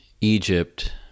Egypt